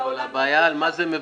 אבל הבעיה היא על מה זה מבוסס?